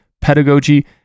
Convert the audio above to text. pedagogy